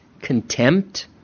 contempt